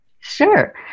Sure